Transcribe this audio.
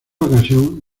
ocasión